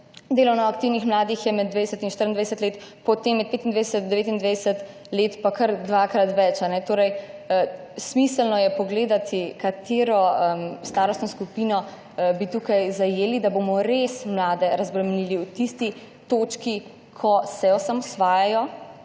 delovno aktivnih mladih je med 20 in 24 let, med 25 do 29 let pa kar dvakrat več. Torej je smiselno pogledati, katero starostno skupino bi tukaj zajeli, da bomo res mlade razbremenili v tisti točki, ko se osamosvajajo